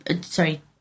Sorry